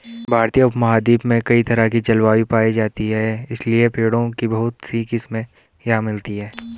भारतीय उपमहाद्वीप में कई तरह की जलवायु पायी जाती है इसलिए पेड़ों की बहुत सी किस्मे यहाँ मिलती हैं